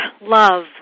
love